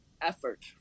effort